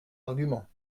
argument